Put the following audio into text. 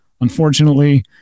Unfortunately